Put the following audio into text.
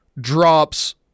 drops